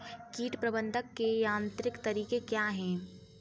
कीट प्रबंधक के यांत्रिक तरीके क्या हैं?